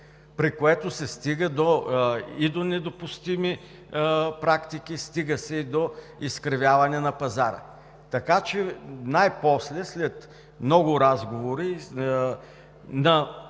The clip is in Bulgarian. при което се стига и до недопустими практики, стига се и до изкривяване на пазара. Така че най-после, след много разговори на